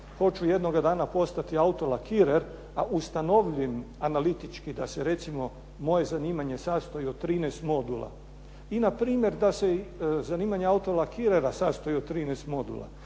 hoću jednoga dana postati autolakirer, a ustanovim analitički da se recimo moje zanimanje sastoji od 13 modula i na primjer da se zanimanje autolakirera sastoji od 13 modula.